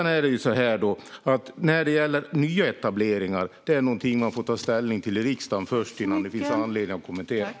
När det gäller nya etableringar får man ta ställning till sådana i riksdagen innan det finns anledning att kommentera dem.